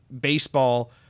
baseball